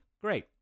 great